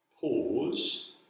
pause